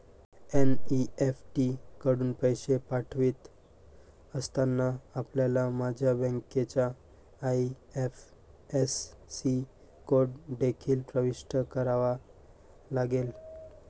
NEFT कडून पैसे पाठवित असताना, आपल्याला माझ्या बँकेचा आई.एफ.एस.सी कोड देखील प्रविष्ट करावा लागेल